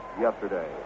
yesterday